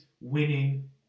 winning